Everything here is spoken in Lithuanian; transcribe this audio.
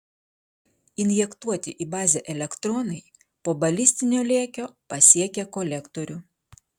injektuoti į bazę elektronai po balistinio lėkio pasiekia kolektorių